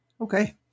Okay